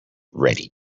ready